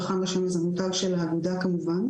חכם בשמש זה מותג של האגודה כמובן,